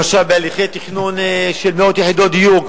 למשל בהליכי תכנון של מאות יחידות דיור,